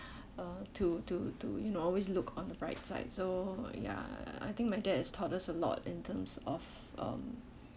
uh to to to you know always look on the bright side so ya I think my dad has taught us a lot in terms of um